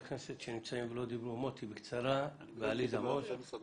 אני קודם כל רוצה